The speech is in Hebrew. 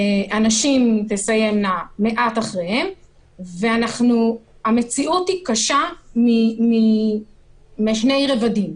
הנשים תסיימנה מעט אחריהן והמציאות קשה בשני רבדים.